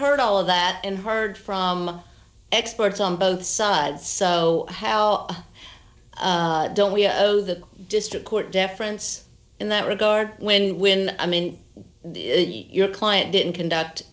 heard all of that and heard from experts on both sides so how don't we know the district court deference in that regard when when i mean your client didn't conduct